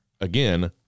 again